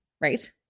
Right